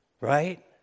Right